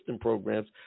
programs